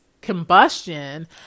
combustion